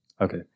Okay